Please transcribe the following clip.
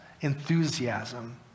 enthusiasm